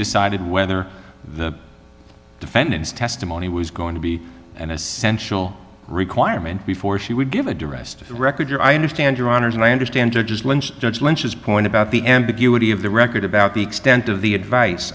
decided whether the defendant's testimony was going to be an essential requirement before she would give addressed the record your i understand your honors and i understand you're just lunch judge lynch's point about the ambiguity of the record about the extent of the advice